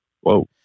Whoa